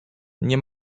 nie